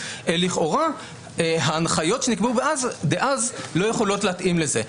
לכאורה ההנחיות שנקבעו דאז לא יכולות להתאים לזה.